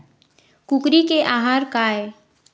कुकरी के आहार काय?